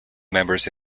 members